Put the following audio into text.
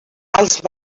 els